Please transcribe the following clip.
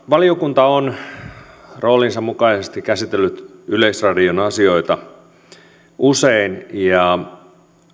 valiokunta on roolinsa mukaisesti käsitellyt yleisradion asioita usein ja